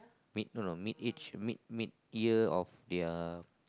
mid no no mid age mid mid year of their